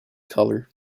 colour